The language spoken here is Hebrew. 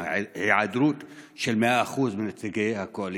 עם היעדרות של 100% נציגי הקואליציה,